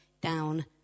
down